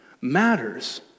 matters